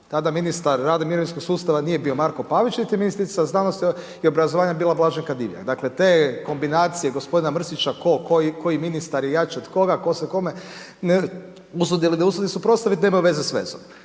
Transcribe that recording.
Tada Ministar rada i mirovinskog sustava nije bio Marko Pavić, niti je ministrica znanosti i obrazovanja bila Blaženka Divjak. Dakle, te kombinacije gospodina Mrsića tko koji ministar je jači od koga, tko se kome usudi ili ne usudi suprotstaviti nema veze s vezom.